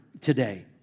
today